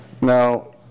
Now